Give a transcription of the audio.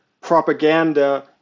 propaganda